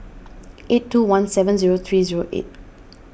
eight two one seven zero three zero eight